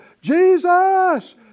Jesus